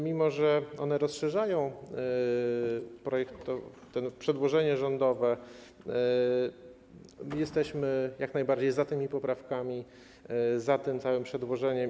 Mimo że rozszerzają przedłożenie rządowe, jesteśmy jak najbardziej za tymi poprawkami, za tym całym przedłożeniem.